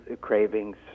cravings